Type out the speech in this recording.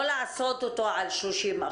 לא לעשות אותו על 30%,